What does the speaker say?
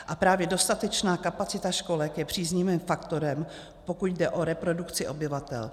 A právě dostatečná kapacita školek je příznivým faktorem, pokud jde o reprodukci obyvatel.